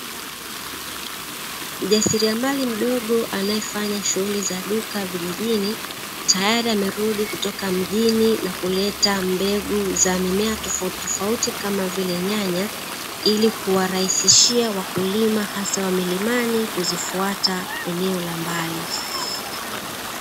Mjasiriamali mdogo anayefanya shughuli za duka vijijini tayari amerudi kutoka mjini, na kuleta mbegu za mimea tofauti tofauti kama vile nyanya ili kuwarahisishia wakulima hasa wa milimani kuzifuata eneo la mbali.